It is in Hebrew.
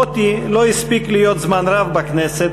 מוטי לא הספיק להיות זמן רב בכנסת,